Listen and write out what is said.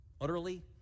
utterly